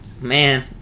Man